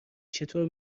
چطور